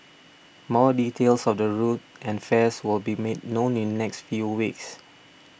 more details of the route and fares will be made known in next few weeks